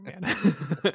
man